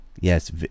yes